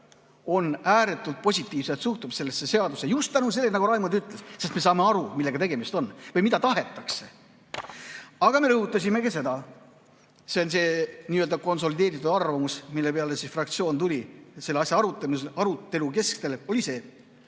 ääretult positiivselt suhtub sellesse seadus[eelnõusse] just tänu sellele, nagu Raimond ütles, et me saame aru, millega tegemist on või mida tahetakse. Aga me rõhutasime ka seda – see on nii-öelda konsolideeritud arvamus –, mille peale fraktsioon tuli selle arutelu keskel, ja see